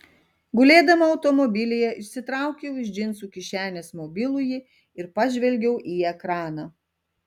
gulėdama automobilyje išsitraukiau iš džinsų kišenės mobilųjį ir pažvelgiau į ekraną